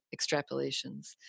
extrapolations